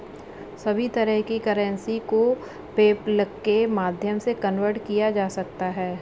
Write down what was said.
सभी तरह की करेंसी को पेपल्के माध्यम से कन्वर्ट किया जा सकता है